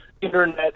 internet